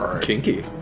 Kinky